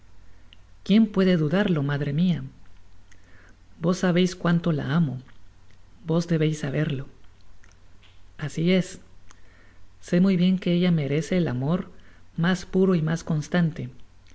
quién puede dudarlo madre mia vos sabeis cuanto la amo vos debeis saberlo asi es se muy bien que ella merece el amor mas puro y mas constante